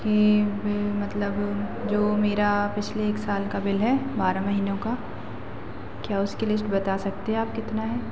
कि वह मतलब जो मेरा पिछले एक साल का बिल है बारह महीनों का क्या उसकी लिस्ट बता सकते आप कितना है